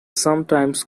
sometimes